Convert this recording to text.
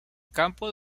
campo